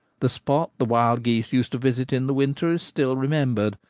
the spot the wild geese used to visit in the winter is still remembered,